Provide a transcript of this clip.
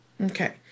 Okay